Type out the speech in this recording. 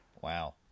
Wow